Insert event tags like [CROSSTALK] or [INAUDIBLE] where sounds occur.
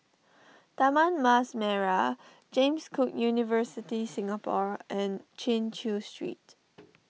Taman Mas Merah James Cook University Singapore and [NOISE] Chin Chew Street